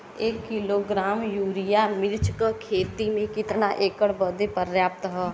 एक kilogram urea मिर्च क खेती में कितना एकड़ बदे पर्याप्त ह?